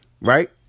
right